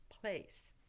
place